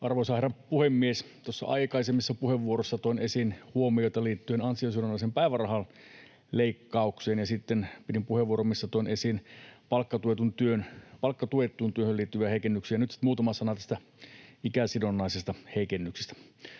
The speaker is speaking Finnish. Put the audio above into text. Arvoisa herra puhemies! Tuossa aikaisemmassa puheenvuorossa toin esiin huomiota liittyen ansiosidonnaisen päivärahan leikkaukseen, ja sitten pidin puheenvuoron, missä toin esiin palkkatuettuun työhön liittyviä heikennyksiä. Nyt sitten muutama sana ikäsidonnaisista heikennyksistä.